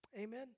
Amen